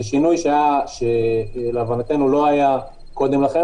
זה שינוי שלהבנתנו לא היה קודם לכן,